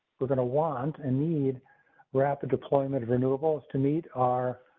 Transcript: we're going to want and need rapid deployment of renewables to meet our.